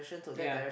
yea